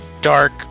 dark